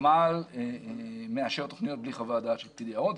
הוותמ"ל מאשר תוכניות בלי חוות דעת של פקיד יערות.